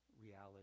reality